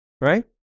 right